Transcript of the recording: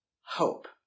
hope